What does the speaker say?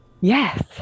Yes